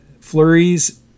flurries